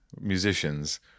musicians